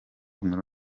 inkuru